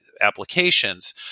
applications